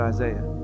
Isaiah